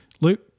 Luke